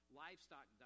livestock